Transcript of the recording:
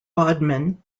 bodmin